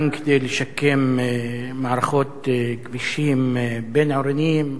גם כדי לשקם מערכות כבישים בין-עירוניים.